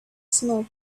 smoke